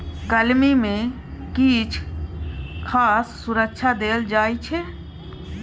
कलमी मे किछ खास सुरक्षा देल जाइ छै